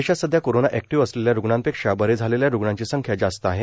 देशात सध्या corona active असलेल्या रुग्णांपेक्षा बरे झालेल्या रुग्णांची संख्या जास्त आहे